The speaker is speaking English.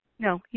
No